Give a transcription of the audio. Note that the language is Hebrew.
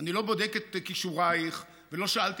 אני לא בודק את כישורייך ולא שאלתי